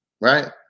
right